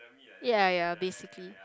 ya ya basically